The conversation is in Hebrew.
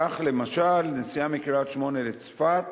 כך, למשל, נסיעה מקריית-שמונה לצפת